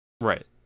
Right